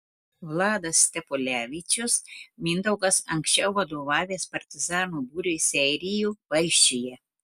vladas stepulevičius mindaugas anksčiau vadovavęs partizanų būriui seirijų valsčiuje